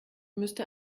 müsste